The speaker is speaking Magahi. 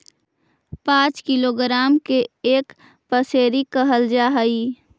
पांच किलोग्राम के एक पसेरी कहल जा हई